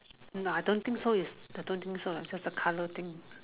no I don't think so is I don't think so leh is just the colour thing